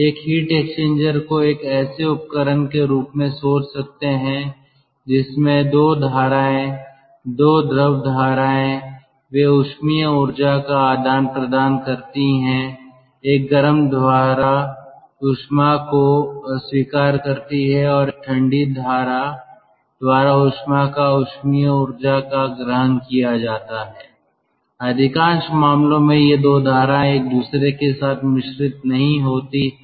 एक heat exchanger को एक ऐसे उपकरण के रूप में सोच सकते हैं जिसमें दो धाराएं दो द्रव धाराएं वे ऊष्मीय ऊर्जा का आदान प्रदान करती हैं एक गर्म धारा ऊष्मा को अस्वीकार करती है और एक ठंडी धारा द्वारा ऊष्मा या ऊष्मीय ऊर्जा का ग्रहण किया जाता है अधिकांश मामले ये 2 धाराएँ एक दूसरे के साथ मिश्रित नहीं होती हैं